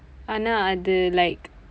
ஆனா அது:aanaa athu like